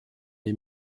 les